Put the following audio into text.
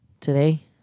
today